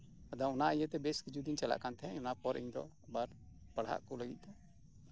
ᱟᱫᱚ ᱚᱱᱟ ᱤᱭᱟᱹᱛᱮ ᱵᱮᱹᱥ ᱠᱤᱪᱷᱩ ᱫᱤᱱ ᱪᱟᱞᱟᱜ ᱠᱟᱱ ᱛᱟᱸᱦᱮᱱᱟ ᱚᱱᱟ ᱯᱚᱨ ᱤᱧ ᱫᱚ ᱟᱵᱟᱨ ᱯᱟᱲᱦᱟᱜ ᱞᱟᱹᱜᱤᱫᱛᱮ